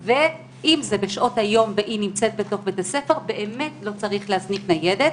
ואם זה בשעות היום והיא נמצאת בתוך בית הספר באמת לא צריך להזניק ניידת.